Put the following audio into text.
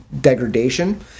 degradation